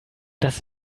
das